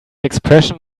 expression